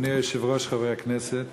אדוני היושב-ראש, חברי הכנסת,